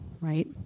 right